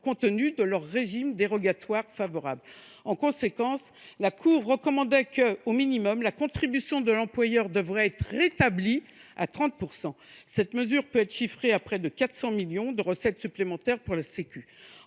compte tenu de leur régime dérogatoire favorable ». En conséquence, la Cour recommandait que, au minimum, la contribution de l’employeur soit rétablie à 30 %. Cette mesure peut être chiffrée à près de 400 millions d’euros de recettes supplémentaires pour la sécurité